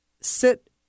sit